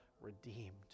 redeemed